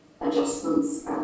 adjustments